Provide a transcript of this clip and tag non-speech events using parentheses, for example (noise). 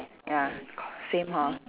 (noise) ya same hor